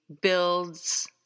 builds